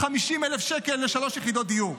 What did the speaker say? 50,000 שקל לשלוש יחידות דיור,